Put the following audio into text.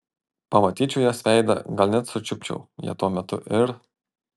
pamatyčiau jos veidą gal net sučiupčiau ją tuo metu ir